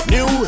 New